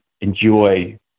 enjoy